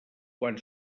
quan